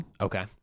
okay